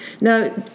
Now